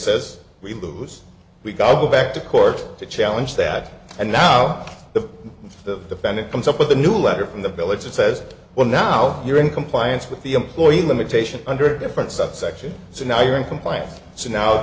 says we lose we've got to go back to court to challenge that and now the the defendant comes up with a new letter from the village that says well now you're in compliance with the employee limitation under different subsection so now you're in compliance so now